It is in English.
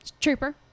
trooper